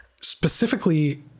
specifically